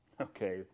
Okay